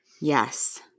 Yes